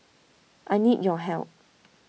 I need your help